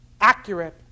accurate